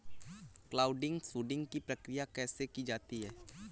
Cloud seeding की प्रक्रिया कैसे की जाती है?